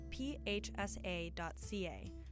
phsa.ca